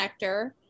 connector